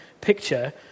picture